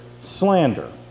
slander